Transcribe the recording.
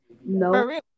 No